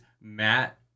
Matt